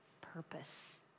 purpose